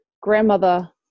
grandmother